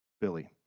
Billy